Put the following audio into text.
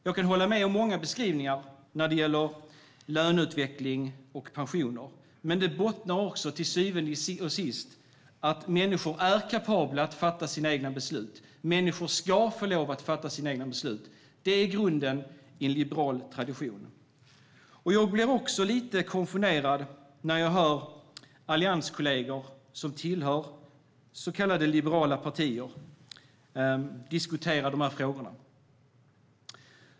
Jag kan hålla med om många beskrivningar när det gäller löneutveckling och pensioner. Men det bottnar till syvende och sist i att människor är kapabla att fatta sina egna beslut. Människor ska få lov att fatta sina egna beslut. Det är grunden i en liberal tradition. Jag blir också lite konfunderad när jag hör allianskollegor som tillhör så kallade liberala partier diskutera de här frågorna.